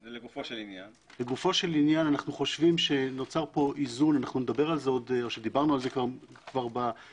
לגופו של עניין אנו חושבים שנוצר פה איזון דיברנו על זה בסעיף